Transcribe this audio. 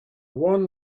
one